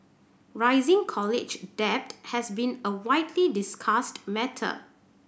rising college debt has been a widely discussed matter